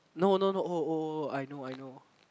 no no no oh oh oh I know I know